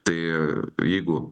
tai jeigu